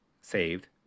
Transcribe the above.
saved